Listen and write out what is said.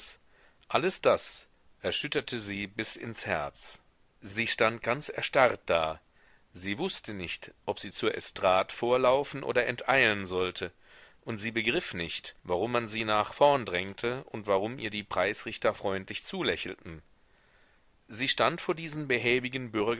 alles das erschüttertere bis ins herz sie stand ganz erstarrt da sie wußte nicht ob sie zur estrade vorlaufen oder enteilen sollte und sie begriff nicht warum man sie nach vorn drängte und warum ihr die preisrichter freundlich zulächelten sie stand vor diesen behäbigen